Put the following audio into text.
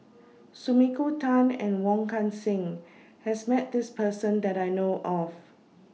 Sumiko Tan and Wong Kan Seng has Met This Person that I know of